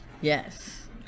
yes